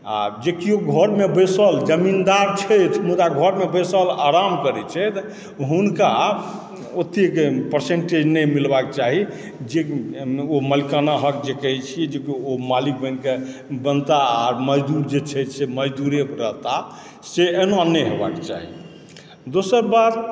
आ जे कियो घरमे बसिल जमीन्दार छथि मुदा घरमे बसिल आराम करति छथि हुनका ओतेक परसेन्टेज नहि मिलबाक चाही जे ओ मलिकाना हक जे कहैत छियै जे ओ मालिक बनिके बनता आ मजदूर जे छै से मजदूरे रहता से एना नहि हेबाक चाही दोसर बात